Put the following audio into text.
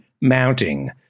mounting